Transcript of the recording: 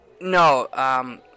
no